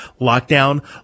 lockdown